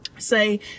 Say